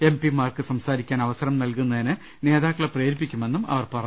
M പിമാർക്ക് സംസാരിക്കാൻ അവസരം നൽകുന്നതിന് നേതാക്കളെ പ്രേരിപ്പിക്കുമെന്നും അവർ പറഞ്ഞു